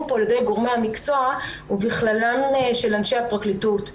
פה על ידי גורמי המקצוע ובכללם אנשי הפרקליטות,